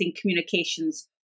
communications